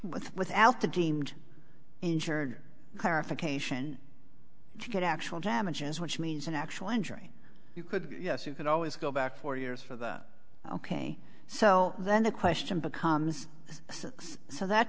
with without the deemed injured clarification if you get actual damages which means an actual injury you could yes you could always go back four years for that ok so then the question becomes so that